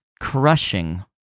crushing